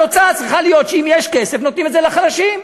התוצאה צריכה להיות שאם יש כסף נותנים את זה לחלשים.